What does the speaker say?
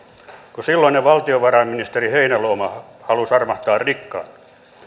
kun silloinen valtiovarainministeri heinäluoma halusi armahtaa rikkaat